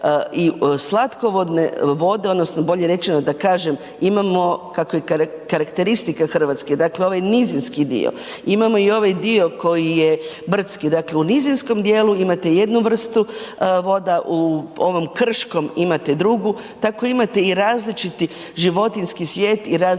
i slatkovodne vode odnosno bolje rečeno da kažem, imamo kak je i karakteristika Hrvatske, dakle ovaj nizinski dio, imamo i ovaj dio koji je brdski, dakle u nizinskom dijelu imate jednu vrstu voda, u ovom krškom imate drugu, tako imate i različiti životinjski svijet i različite